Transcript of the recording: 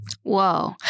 Whoa